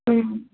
ಹ್ಞೂ